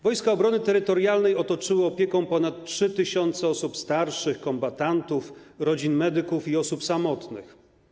Wojska Obrony Terytorialnej otoczyły opieką ponad 3 tys. osób starszych, kombatantów, rodzin medyków i osób samotnych.